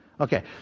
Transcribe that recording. Okay